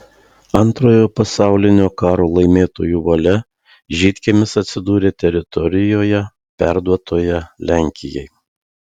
antrojo pasaulinio karo laimėtojų valia žydkiemis atsidūrė teritorijoje perduotoje lenkijai